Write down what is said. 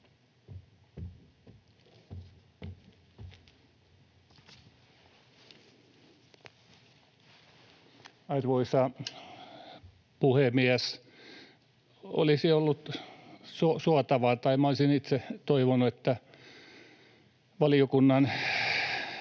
Arvoisa puhemies! Olisi ollut suotavaa, tai olisin itse toivonut, että valiokunnan